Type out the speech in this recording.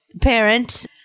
parent